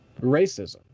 racism